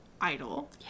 idol